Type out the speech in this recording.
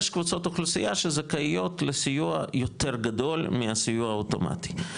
יש קבוצות אוכלוסייה שזכאיות לסיוע יותר גדול מהסיוע האוטומטי.